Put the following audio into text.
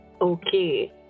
Okay